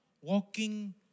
walking